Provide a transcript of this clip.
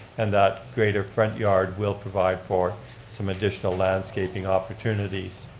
and that greater front yard will provide for some additional landscaping opportunities.